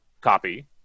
copy